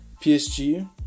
PSG